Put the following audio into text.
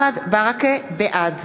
ברכה, בעד